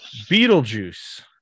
Beetlejuice